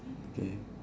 okay